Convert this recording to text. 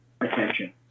attention